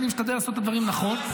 ואני משתדל לעשות את הדברים נכון,